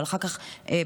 אבל אחר כך בדקתי,